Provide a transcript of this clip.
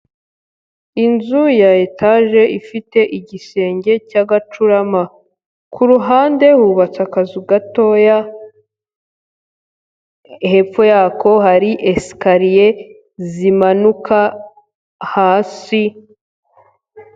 Inzu ya etaje ifite igisenge cyagacurama, ku ruhande hubatse akazu gatoya, hepfo yako hari esekariye zimanuka hasi.